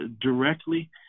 directly